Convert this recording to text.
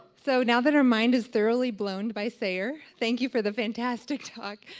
so now that our mind is thoroughly blown by sayer, thank you for the fantastic talk.